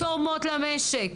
תורמות למשק.